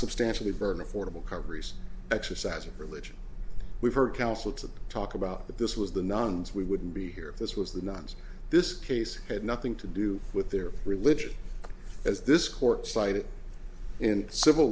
substantially burden affordable coverage exercise of religion we've heard counsel to talk about that this was the nuns we wouldn't be here this was the nuns this case had nothing to do with their religion as this court cited in civil